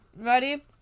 Ready